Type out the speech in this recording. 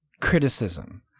criticism